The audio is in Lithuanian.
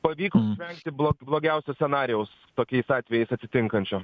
pavyks išvengti blo blogiausio scenarijaus tokiais atvejais atsitinkančio